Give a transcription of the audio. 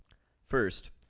first,